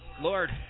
Lord